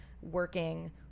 working